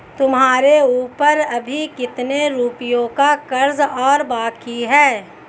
तुम्हारे ऊपर अभी कितने रुपयों का कर्ज और बाकी है?